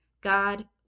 God